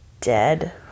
dead